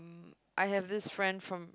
I have this friend from